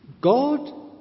God